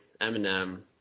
Eminem